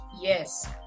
Yes